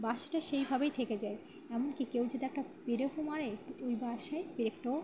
বাসাটা সেই ভাবেই থেকে যায় এমনকি কেউ যদি একটা পেরেকও মারে ওই বাসায় পেরেকটাও